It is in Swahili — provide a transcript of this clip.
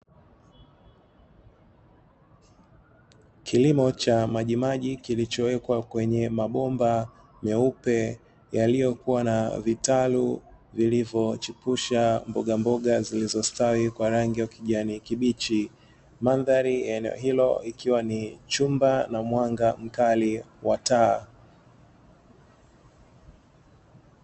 Kilimo cha majimaji kilichowekwa kwenye mabomba meupe yaliyokuwa na vitalu vilivyochipusha mboga mboga zilizostawi kwa rangi ya ukijani kibichi. Mandhari ya eneo hilo ikiwa ni chumba na mwanga mkali wa taa.